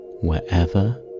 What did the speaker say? wherever